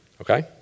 Okay